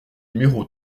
numéro